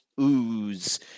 ooze